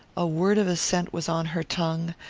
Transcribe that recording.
a word of assent was on her tongue,